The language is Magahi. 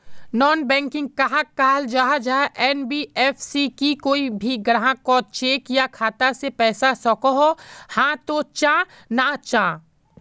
नॉन बैंकिंग कहाक कहाल जाहा जाहा एन.बी.एफ.सी की कोई भी ग्राहक कोत चेक या खाता से पैसा सकोहो, हाँ तो चाँ ना चाँ?